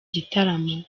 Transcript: gitaramo